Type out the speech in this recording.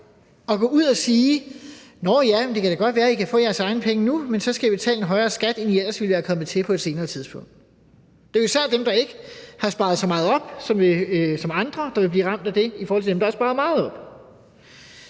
at gå ud at sige: Nå ja, men det kan da godt være, I kan få jeres egne penge nu, men så skal I betale en højere skat, end I ellers ville være kommet til på et senere tidspunkt. Det er jo især dem, der ikke har sparet så meget op, som andre har gjort, der vil blive ramt af det, i forhold til dem, der har sparet meget op.